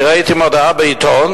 אני ראיתי מודעה בעיתון